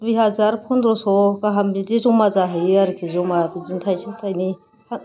दुइ हाजार पन्द्र'स' गाहाम बिदि जमा जाहैयो आरोखि जमा बिदिनो थायसे थायनै